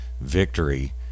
victory